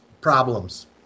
problems